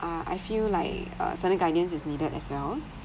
uh I feel like a certain guidance is needed as well